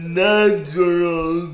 natural